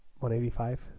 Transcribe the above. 185